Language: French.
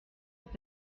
est